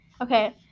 Okay